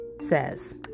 says